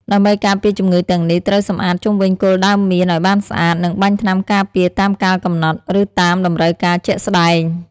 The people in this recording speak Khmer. ដើម្បីការពារជំងឺទាំងនេះ ត្រូវសម្អាតជុំវិញគល់ដើមមៀនឱ្យបានស្អាត និងបាញ់ថ្នាំការពារតាមកាលកំណត់ ឬតាមតម្រូវការជាក់ស្តែង។